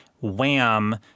Wham